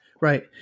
Right